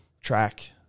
Track